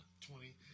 twenty